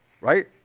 Right